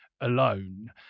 alone